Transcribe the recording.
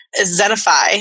Zenify